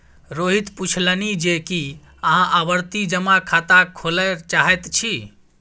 रोहित पुछलनि जे की अहाँ आवर्ती जमा खाता खोलय चाहैत छी